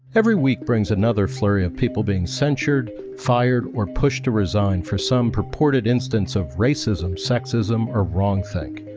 every week brings another flurry of people being censured fired or pushed to resign for some purported instance of racism sexism or wrong think.